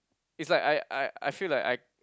it's like I I I feel like I